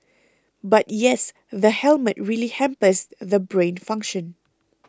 but yes the helmet really hampers the brain function